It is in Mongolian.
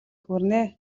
хүрнэ